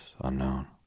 unknown